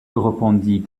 répondit